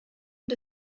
und